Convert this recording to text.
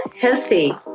healthy